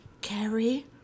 Carrie